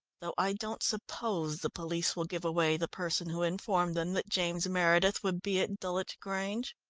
though i don't suppose the police will give away the person who informed them that james meredith would be at dulwich grange.